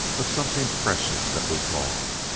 of something precious that was gone.